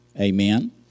Amen